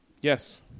Yes